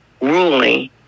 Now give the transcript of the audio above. ruling